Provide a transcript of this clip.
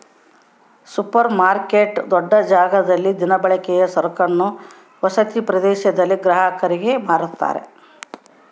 super market ದೊಡ್ಡ ಜಾಗದಲ್ಲಿ ದಿನಬಳಕೆಯ ಸರಕನ್ನು ವಸತಿ ಪ್ರದೇಶದಲ್ಲಿ ಗ್ರಾಹಕರಿಗೆ ಮಾರುತ್ತಾರೆ